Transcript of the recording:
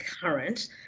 current